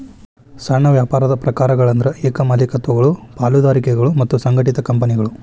ಸಣ್ಣ ವ್ಯಾಪಾರದ ಪ್ರಕಾರಗಳಂದ್ರ ಏಕ ಮಾಲೇಕತ್ವಗಳು ಪಾಲುದಾರಿಕೆಗಳು ಮತ್ತ ಸಂಘಟಿತ ಕಂಪನಿಗಳು